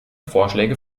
vorschläge